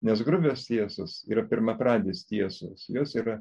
nes grubios tiesos yra pirmapradės tiesos jos yra